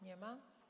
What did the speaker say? Nie ma.